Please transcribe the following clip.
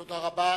תודה רבה.